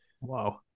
Wow